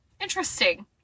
Interesting